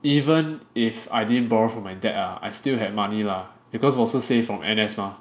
even if I didn't borrow from my dad ah I still had money lah because 我是 save from N_S mah